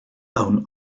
own